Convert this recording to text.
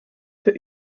für